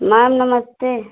ma'am नमस्ते